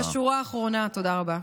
אז בשורה האחרונה, תודה רבה.